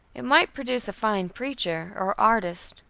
it might produce a fine preacher, or artist,